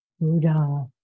Buddha